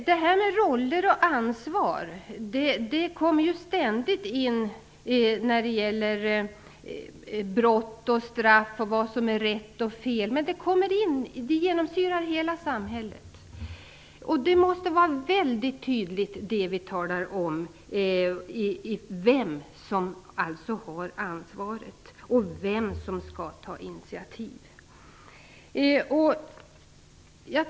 Detta med roller och ansvar kommer ständigt in i frågor om brott och straff och vad som är rätt och fel. Det genomsyrar hela samhället, och vi måste mycket tydligt tala om vem som har ansvaret och vem som skall ta initiativ.